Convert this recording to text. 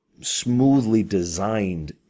smoothly-designed